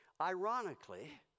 Ironically